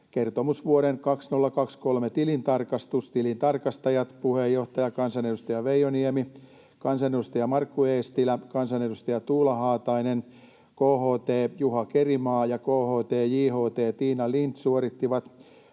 kertomusvuoden 2023 tilintarkastus. Tilintarkastajat puheenjohtaja, kansanedustaja Veijo Niemi, kansanedustaja Markku Eestilä, kansanedustaja Tuula Haatainen, KHT Juha Kerimaa ja KHT, JHT Tiina Lind suorittivat